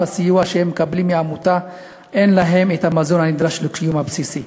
הסיוע שהם מקבלים מהעמותה אין להם את המזון הנדרש לקיום בסיסי.